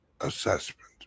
assessment